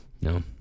No